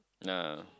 no